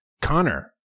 Connor